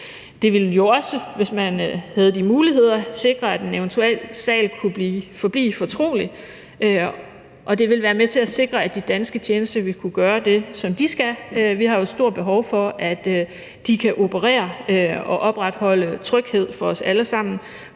Det ville jo også, hvis man havde de muligheder, sikre, at en eventuel sag kunne forblive fortrolig, og det ville være med til at sikre, at de danske tjenester ville kunne gøre det, som de skal. Vi har jo et stort behov for, at de kan operere og opretholde tryghed for os alle sammen